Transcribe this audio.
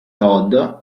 todd